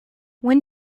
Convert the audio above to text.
when